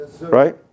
Right